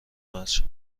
مرج